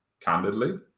candidly